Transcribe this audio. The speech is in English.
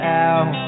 out